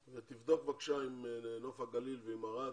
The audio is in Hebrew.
תבדוק בבקשה עם נוף הגליל ועם ערד.